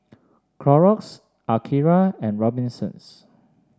Clorox Akira and Robinsons